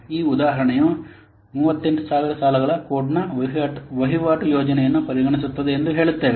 ಈ ಉದಾಹರಣೆಯು 38000 ಸಾಲುಗಳ ಕೋಡ್ನ ವಹಿವಾಟು ಯೋಜನೆಯನ್ನು ಪರಿಗಣಿಸುತ್ತದೆ ಎಂದು ಹೇಳುತ್ತದೆ